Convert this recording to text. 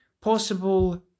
possible